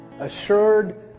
assured